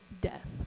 death